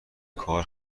کار